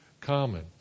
common